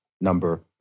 number